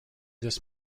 this